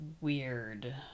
weird